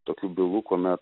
tokių bylų kuomet